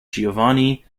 giovanni